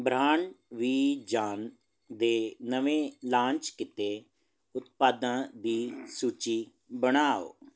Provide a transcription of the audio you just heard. brand ਵਿ ਜਾਨ ਦੇ ਨਵੇਂ ਲਾਂਚ ਕੀਤੇ ਉਤਪਾਦਾਂ ਦੀ ਸੂਚੀ ਬਣਾਓ